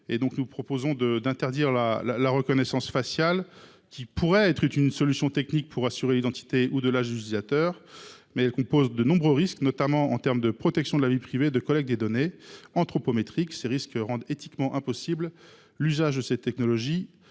critères, mais d’interdire la reconnaissance faciale. Bien sûr, cela pourrait être une solution technique pour s’assurer de l’identité ou de l’âge de l’utilisateur, mais elle comporte de nombreux risques, notamment du point de vue de la protection de la vie privée et de la collecte des données anthropométriques. Ces risques rendent éthiquement impossible l’usage de cette technologie